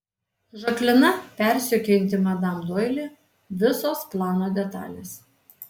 žaklina persekiojanti madam doili visos plano detalės